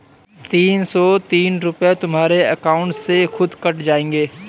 तीन सौ तीस रूपए तुम्हारे अकाउंट से खुद कट जाएंगे